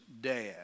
dad